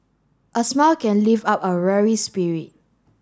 a smile can lift up a weary spirit